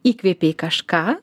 įkvėpei kažką